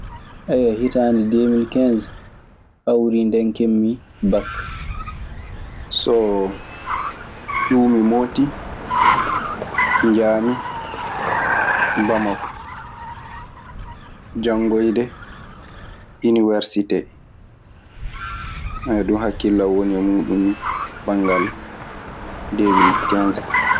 Ayyo e hitaande demil kens, hawri nde keɓmi bak. So ƴiwmi Motti njahmi Bamako, janngoyde Iniwersitee. Ɗun hakkillan woni e muuɗun banngal deemil kens ka.